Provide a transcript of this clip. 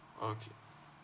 okay